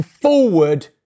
forward